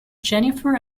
jennifer